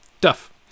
Duff